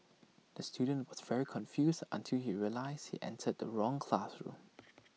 the student was very confused until he realised he entered the wrong classroom